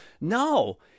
No